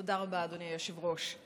תודה רבה, אדוני היושב-ראש.